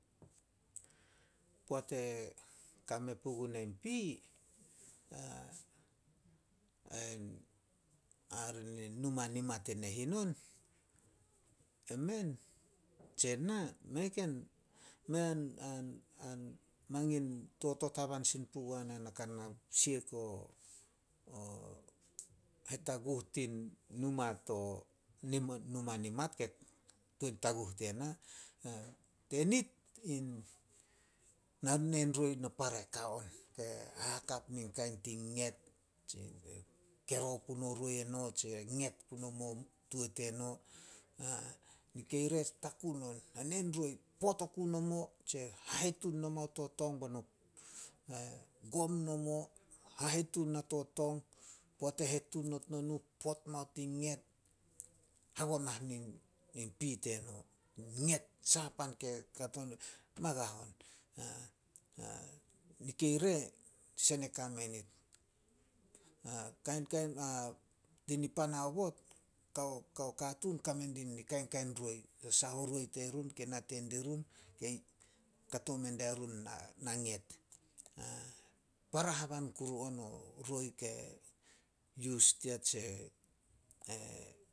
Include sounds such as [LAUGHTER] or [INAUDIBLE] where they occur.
Poat e kame puguna in pi, [HESITATION] hare nin numa nimat e nehin on. Emen tse na, mei [UNINTELLIGIBLE] totot haban sin puguana na ka na siek o [HESITATION] hetaguh tin numa to [UNINTELLIGIBLE] numa nimat ke tuan taguh diena. [HESITATION] Tenit, [UNINTELLIGIBLE] na neen roi na para ka on, hahakap nin kain tin nget tse kero puno roi eno, tse nget punomo tuo teno. [HESITATION] Nikei re takun on, na neen roi. Pot oku nomo tse hahetun nomao to tong beno, [HESITATION] gom nomo hahetun ya to tong, poat e hetun not nonuh, pot mao tin nget, hagonah nin- in pi teno. Nget, sahapan [UNINTELLIGIBLE] magah on. [HESITATION] Nikei re sone kame nit. [UNINTELLIGIBLE] Ti nipan aobot, kao- kao katuun kame din kainkain roi, saha roi terun ke nate dirun. [UNINTELLIGIBLE] Kato mendie run na- na nget. [UNINTELLIGIBLE] Para haban kuru on o roi ke yus dia, tse [HESITATION]